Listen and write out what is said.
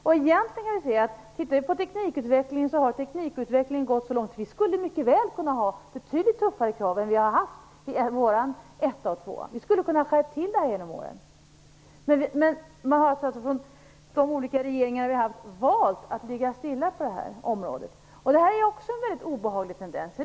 Om vi tittar på teknikutvecklingen ser vi att den har gått så långt att vi mycket väl skulle kunna ha betydligt tuffare krav än vi har haft i klass 1 och 2. Vi skulle ha kunnat skärpa kraven genom åren. Men de olika regeringarna har valt att ligga stilla på det här området. Det är också en obehaglig tendens.